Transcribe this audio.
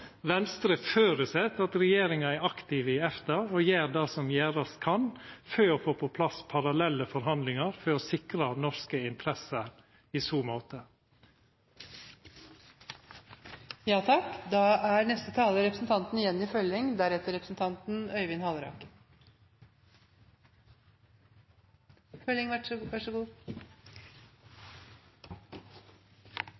Venstre føreset at regjeringa er aktiv i EFTA og gjer det som gjerast kan for å få på plass parallelle forhandlingar for å sikra norske interesser i